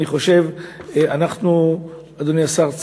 אדוני השר,